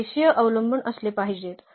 ते रेषीय अवलंबून असले पाहिजेत